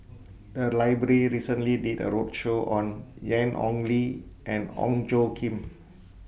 The Library recently did A roadshow on Ian Ong Li and Ong Tjoe Kim